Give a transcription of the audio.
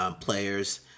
players